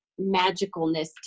magicalness